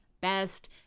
best